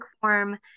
form